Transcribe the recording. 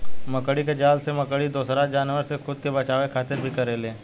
मकड़ी के जाल से मकड़ी दोसरा जानवर से खुद के बचावे खातिर भी करेले